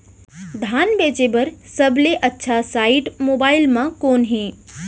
धान बेचे बर सबले अच्छा साइट मोबाइल म कोन हे?